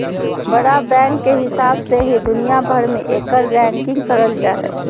बड़ा बैंक के हिसाब से ही दुनिया भर मे एकर रैंकिंग करल जा हय